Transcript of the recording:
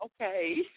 okay